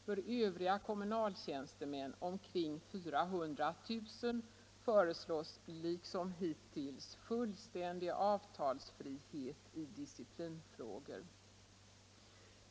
För övriga kommunaltjänstemän, omkring 400 000, föreslås liksom hittills fullständig avtalsfrihet i disciplinfrågor.